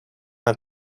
have